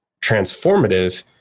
transformative